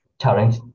challenge